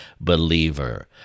believer